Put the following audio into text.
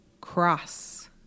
cross